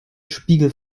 spiegel